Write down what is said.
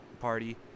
party